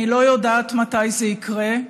אני לא יודעת מתי זה יקרה,